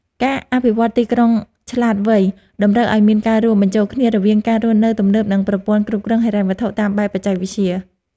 ការអភិវឌ្ឍន៍ទីក្រុងឆ្លាតវៃតម្រូវឱ្យមានការរួមបញ្ចូលគ្នារវាងការរស់នៅទំនើបនិងប្រព័ន្ធគ្រប់គ្រងហិរញ្ញវត្ថុតាមបែបបច្ចេកវិទ្យា។